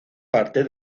parte